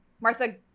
Martha